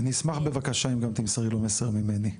אני אשמח אם גם תמסרי לו מסר ממני,